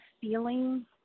feeling